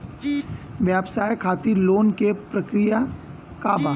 व्यवसाय खातीर लोन के प्रक्रिया का बा?